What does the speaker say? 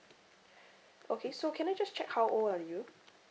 okay so can I just check how old are you